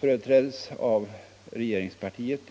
företräddes av regeringspartiet.